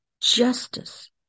justice